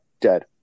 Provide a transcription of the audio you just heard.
dead